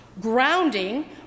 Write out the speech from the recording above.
Grounding